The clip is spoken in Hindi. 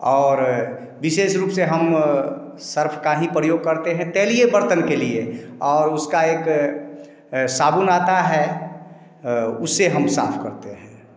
और विशेष रूप से हम सर्फ़ का ही प्रयोग करते हैं तेलिए बर्तन के लिए और उसका एक साबुन आता है उससे हम साफ करते हैं